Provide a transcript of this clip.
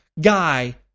guy